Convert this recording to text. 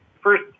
first